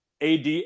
ad